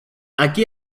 aquí